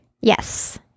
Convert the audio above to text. Yes